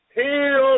heal